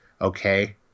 okay